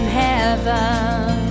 heaven